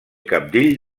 cabdill